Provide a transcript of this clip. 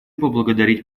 поблагодарить